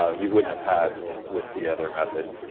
ah you wouldn't have had with the other method.